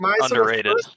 underrated